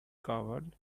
covered